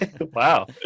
wow